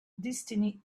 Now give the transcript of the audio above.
destiny